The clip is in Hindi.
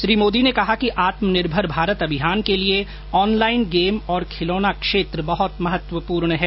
श्री मोदी ने कहा कि आत्मनिर्भर भारत अभियान के लिए ऑनलाइन गेम और खिलौना क्षेत्र बहुत महत्वपूर्ण हैं